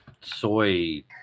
soy